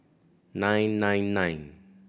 nine nine nine